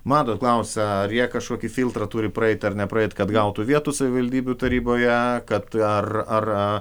matot klausia ar jie kažkokį filtrą turi praeit ar nepraeit kad gautų vietų savivaldybių taryboje kad ar ar